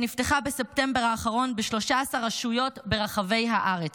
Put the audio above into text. שנפתחה בספטמבר האחרון ב-13 רשויות ברחבי הארץ.